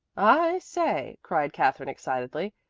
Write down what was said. i say, cried katherine excitedly.